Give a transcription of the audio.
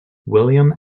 william